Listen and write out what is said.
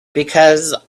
because